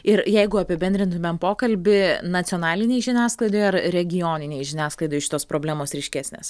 ir jeigu apibendrintumėm pokalbį nacionalinėje žiniasklaidoje ir regioninėje žiniasklaidoje šitos problemos ryškesnės